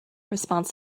response